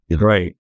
Right